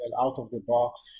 out-of-the-box